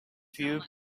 few